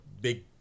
big